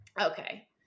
Okay